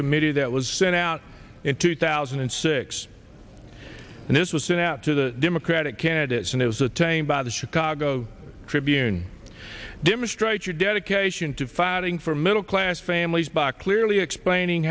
committee that was sent out in two thousand and six and this was sent out to the democratic candidates and it was attained by the chicago tribune demonstrates your dedication to firing for middle class families bach clearly explaining